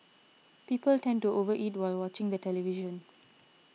people tend to over eat while watching the television